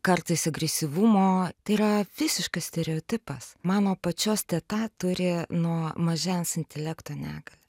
kartais agresyvumo tai yra visiškas stereotipas mano pačios teta turi nuo mažens intelekto negalią